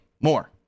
more